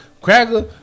Cracker